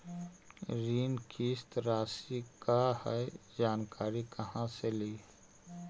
ऋण किस्त रासि का हई जानकारी कहाँ से ली?